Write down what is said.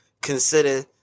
consider